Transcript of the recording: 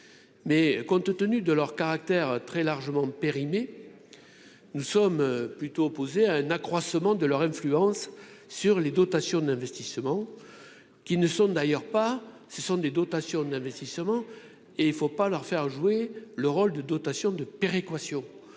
mais compte tenu de leur caractère très largement périmée, nous sommes plutôt opposés à un accroissement de leur influence sur les dotations d'investissement qui ne sont d'ailleurs pas ce sont des dotations d'investissement et il ne faut pas leur faire jouer le rôle de dotations de péréquation,